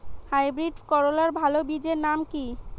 Hybrid করলার ভালো বীজের নাম কি?